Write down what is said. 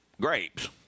grapes